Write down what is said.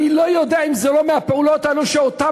אני לא יודע אם זה לא מהפעולות האלה שאותם